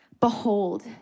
Behold